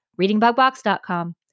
readingbugbox.com